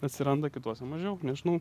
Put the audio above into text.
atsiranda kituose mažiau nežinau